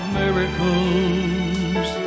miracles